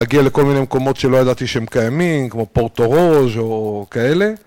להגיע לכל מיני מקומות שלא ידעתי שהם קיימים, כמו פורטורוז' או כאלה